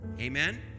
Amen